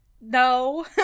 No